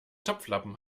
topflappen